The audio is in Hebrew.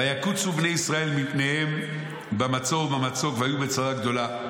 ויקוצו בני ישראל מפניהם במצור ובמצוק ויהיו בצרה גדולה.